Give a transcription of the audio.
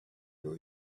your